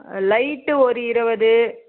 light ஒரு இருவது